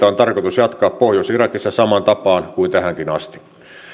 on tarkoitus jatkaa pohjois irakissa samaan tapaan kuin tähänkin asti